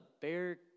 Bear